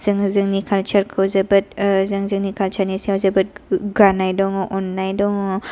जोङो जोंनो कलचारखौ जोबोत जों जोंनि कलचारनि सायाव जोबोत अननाय दं ङ